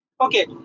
okay